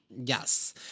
Yes